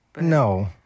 No